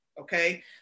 Okay